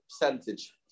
percentage